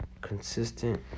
consistent